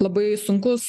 labai sunkus